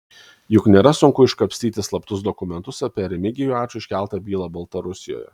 juk nėra sunku iškapstyti slaptus dokumentus apie remigijui ačui iškeltą bylą baltarusijoje